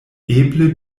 eble